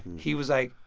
he was like,